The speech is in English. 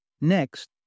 Next